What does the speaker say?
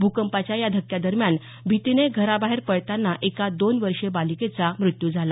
भूकंपाच्या या धक्क्यांदरम्यान भीतीने घराबाहेर पळताना एका दोन वर्षीय बालिकेचा मृत्यू झाला